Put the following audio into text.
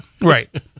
right